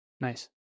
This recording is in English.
Nice